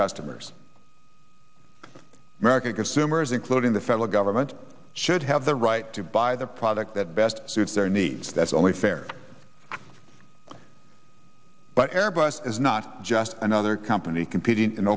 customers american consumers including the federal government should have the right to buy the product that best suits their needs that's only fair but airbus is not just another company competing in